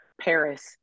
Paris